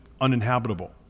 uninhabitable